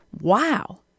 Wow